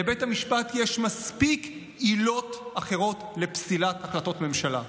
לבית המשפט יש מספיק עילות אחרות לפסילת החלטות ממשלה: